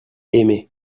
aimez